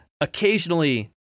occasionally